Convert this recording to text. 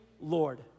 Lord